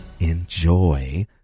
enjoy